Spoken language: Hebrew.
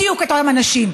בדיוק אותם אנשים,